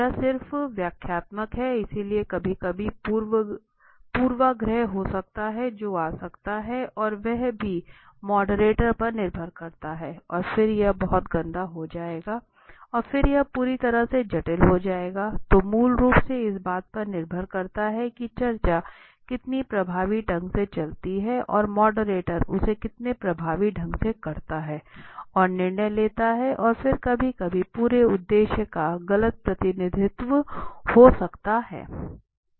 यह सिर्फ व्याख्यात्मक है इसलिए कभी कभी पूर्वाग्रह हो सकता है जो आ सकता है और वह भी मॉडरेटर पर निर्भर करता है और फिर यह बहुत गन्दा हो जाएगा और फिर यह पूरी तरह से जटिल हो जाएगा तो मूल रूप से इस बात पर निर्भर करता है कि चर्चा कितनी प्रभावी ढंग से चलती है और मॉडरेटर उसे कितनी प्रभावी ढंग से करता है और निर्णय लेता है और फिर कभी कभी पूरे उद्देश्य का गलत प्रतिनिधित्व हो सकता है